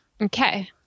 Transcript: okay